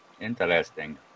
interesting